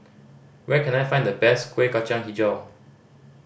where can I find the best Kueh Kacang Hijau